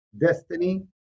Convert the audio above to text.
destiny